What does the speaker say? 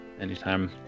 anytime